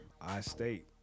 I-State